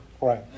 right